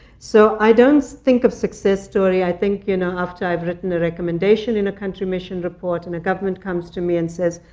so i don't think of success story. i think, you know, after i've written a recommendation in a country mission report and a government comes to me and says,